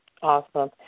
Awesome